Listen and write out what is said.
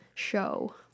show